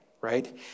right